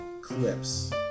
clips